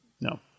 No